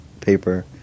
paper